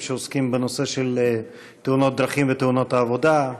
שעוסקים בנושא של תאונות דרכים ותאונות עבודה.